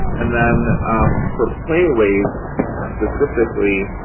and then for playaways specifically,